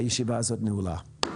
הישיבה הזאת נעולה.